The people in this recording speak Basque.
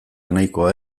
nahikoa